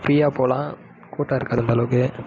ஃப்ரீயாக போகலாம் கூட்டம் இருக்காது அந்தளவுக்கு